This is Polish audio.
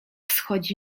schodzi